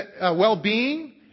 well-being